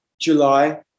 July